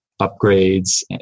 upgrades